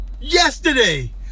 Yesterday